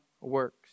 works